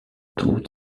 taught